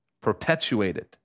Perpetuated